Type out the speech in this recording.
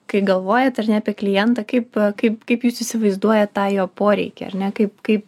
kai galvojat ar ne apie klientą kaip kaip kaip jūs įsivaizduojat tą jo poreikį ar ne kaip kaip